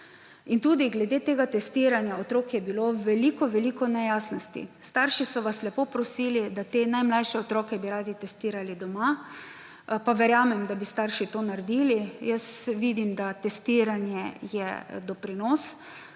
tudi glede tega testiranja otrok je bilo veliko veliko nejasnosti. Starši so vas lepo prosili, da bi te najmlajše otroke radi testirali doma. Pa verjamem, da bi starši to naredili. Jaz vidim, da testiranje je doprinos,